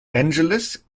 angeles